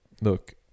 Look